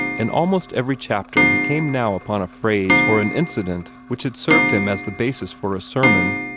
in almost every chapter he came now upon a phrase or an incident which had served him as the basis for a sermon.